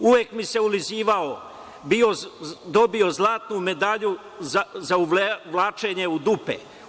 Uvek mi se ulizivao, dobio zlatnu medalju za uvlačenje u dupe.